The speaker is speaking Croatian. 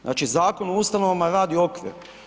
Znači Zakon o ustanovama radi okvir.